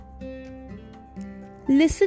Listen